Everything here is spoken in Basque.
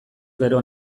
gero